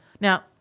Now